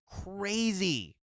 crazy